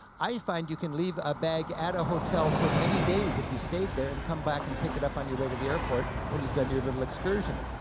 i find you can leave a bag at a hotel for many days if you stayed there, and come back and pick it up on your way to the airport when you've done your little excursion.